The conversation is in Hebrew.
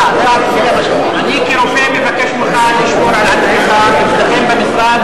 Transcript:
אני כרופא מבקש ממך לשמור על עצמך אצלכם במשרד,